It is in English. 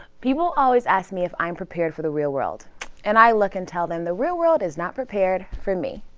people always ask me if i'm prepared for the real world and i look and tell them, the real world is not prepared for me!